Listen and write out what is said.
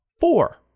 Four